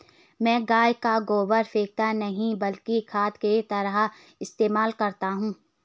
मैं गाय का गोबर फेकता नही बल्कि खाद की तरह इस्तेमाल करता हूं